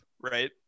right